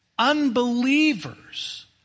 unbelievers